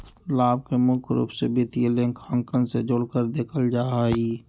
लाभ के मुख्य रूप से वित्तीय लेखांकन से जोडकर देखल जा हई